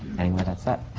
anyway, that's that.